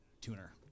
tuner